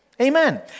Amen